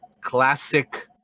classic